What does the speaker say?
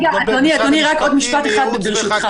אדוני, רק עוד משפט אחד, ברשותך.